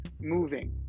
moving